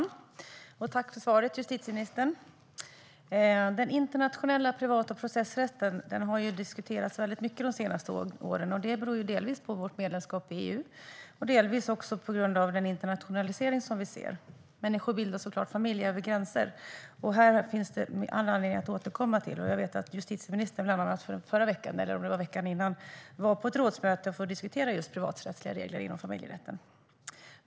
Herr talman! Jag tackar justitieministern för svaret. Den internationella privat och processrätten har diskuterats mycket de senaste åren. Det beror delvis på vårt medlemskap i EU och delvis på den internationalisering vi ser. Människor bildar såklart familj över gränser, och detta finns det all anledning att återkomma till. Jag vet att justitieministern nyligen var på ett rådsmöte för att diskutera just privaträttsliga regler inom familjerätten.